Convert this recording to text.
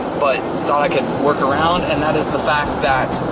but thought i could work around, and that is the fact that